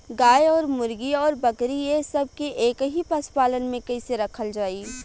गाय और मुर्गी और बकरी ये सब के एक ही पशुपालन में कइसे रखल जाई?